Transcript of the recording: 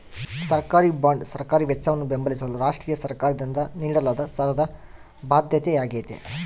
ಸರ್ಕಾರಿಬಾಂಡ್ ಸರ್ಕಾರಿ ವೆಚ್ಚವನ್ನು ಬೆಂಬಲಿಸಲು ರಾಷ್ಟ್ರೀಯ ಸರ್ಕಾರದಿಂದ ನೀಡಲಾದ ಸಾಲದ ಬಾಧ್ಯತೆಯಾಗೈತೆ